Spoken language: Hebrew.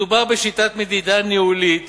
מדובר בשיטת מדידה ניהולית